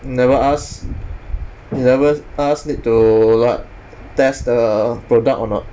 never ask you never ask need to like test the product or not